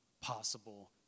possible